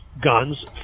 guns